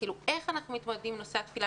איך אנחנו מתמודדים עם נושא התפילה,